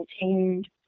maintained